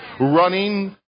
running